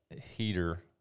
heater